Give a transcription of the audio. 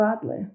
badly